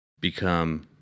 become